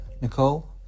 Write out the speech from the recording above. Nicole